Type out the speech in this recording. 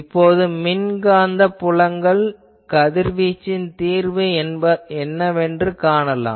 இப்போது மின்காந்தப் புலங்கள் கதிர்வீச்சின் தீர்வு என்னவென்று காணலாம்